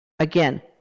Again